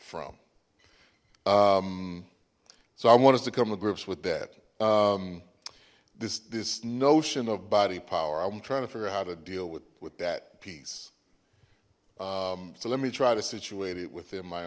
from so i want us to come to grips with that this this notion of body power i'm trying to figure out how to deal with with that piece so let me try to situate it within my